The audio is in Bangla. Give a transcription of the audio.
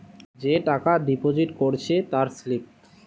যে টাকা ডিপোজিট করেছে তার স্লিপ